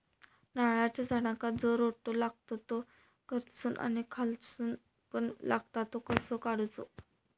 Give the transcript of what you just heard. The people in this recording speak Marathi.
नारळाच्या झाडांका जो रोटो लागता तो वर्सून आणि खालसून पण लागता तो कसो काडूचो?